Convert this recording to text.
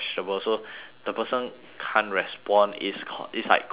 the person can't respond it's co~ it's like coma